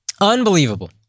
unbelievable